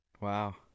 Wow